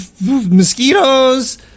mosquitoes